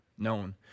known